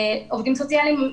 עובדים סוציאליים,